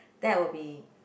that will be